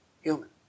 Human